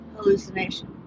hallucination